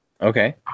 Okay